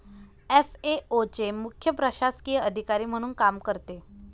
FAO चे मुख्य प्रशासकीय अधिकारी म्हणून काम करते